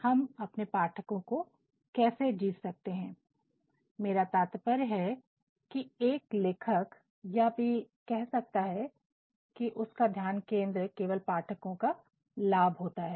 हम अपने पाठकों को कैसे जीत सकते हैं मेरा तात्पर्य है कि एक लेखक यह भी कह सकता है कि उसका ध्यान केंद्र केवल पाठकों का लाभ होता है